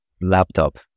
laptop